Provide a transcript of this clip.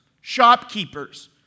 shopkeepers